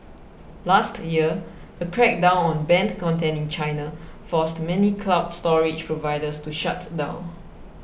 last year a crackdown on banned content in China forced many cloud storage providers to shut down